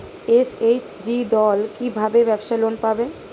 SHG দল কী ভাবে ব্যাবসা লোন পাবে?